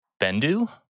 Bendu